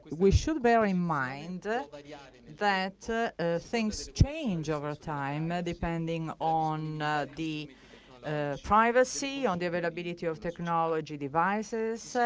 we should bear in mind like yeah that things change over time depending on the privacy, on the availability of technology devices, so